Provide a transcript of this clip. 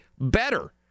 better